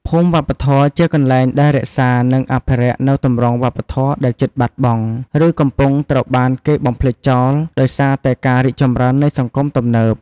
ភូមិវប្បធម៌ជាកន្លែងដែលរក្សា និងអភិរក្សនូវទម្រង់វប្បធម៌ដែលជិតបាត់បង់ ឬកំពុងត្រូវបានគេបំភ្លេចចោល ដោយសារតែការរីកចម្រើននៃសង្គមទំនើប។